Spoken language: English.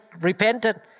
repented